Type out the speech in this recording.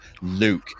Luke